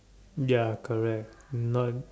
ya correct non